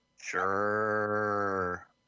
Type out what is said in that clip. Sure